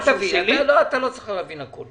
אתה לא צריך להבין הכול.